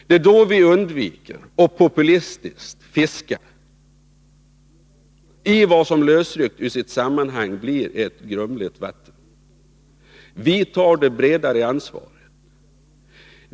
Det är då vi undviker att populistiskt fiska i vad som lösryckt ur sitt sammanhang blir ett grumligt vatten. Vi tar det bredare ansvaret.